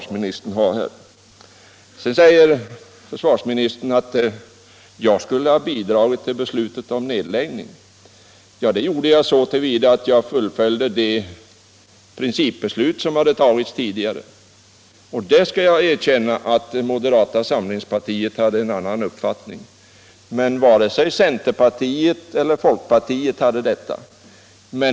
Sedan säger försvarsministern att jag bidrog till beslutet om nedläggning. Ja, det gjorde jag så till vida som jag fullföljde det principbeslut som hade tagits tidigare. Jag erkänner att moderata samlingspartiet hade en annan uppfattning i den frågan, men varken centerpartiet eller folkpartiet hade det.